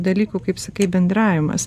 dalykų kaip sakai bendravimas